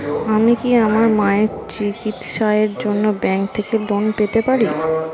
আমি কি আমার মায়ের চিকিত্সায়ের জন্য ব্যঙ্ক থেকে লোন পেতে পারি?